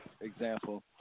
example